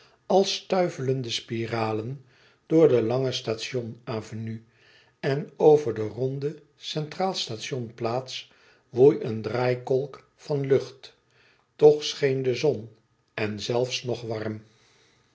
als stuivelende spiralen door de lange station avenue en over de ronde centraal station plaats woei een draaikolk van lucht toch scheen de zon en zelfs nog warm